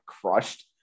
crushed